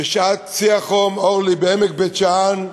בשעת שיא החום, אורלי, בעמק בית-שאן,